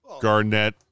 Garnett